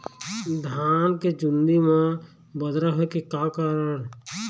धान के चुन्दी मा बदरा होय के का कारण?